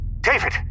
David